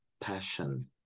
passion